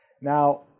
Now